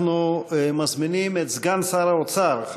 אנחנו מזמינים את סגן שר האוצר,